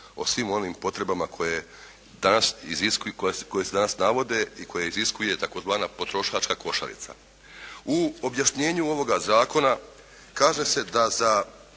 o svim onim potrebama koje danas, koje se danas navode i koje iziskuje tzv. potrošačka košarica. U objašnjenju ovoga zakona kaže se da za